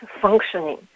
functioning